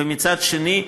ומצד שני,